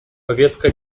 повестка